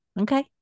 Okay